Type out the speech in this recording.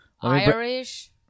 Irish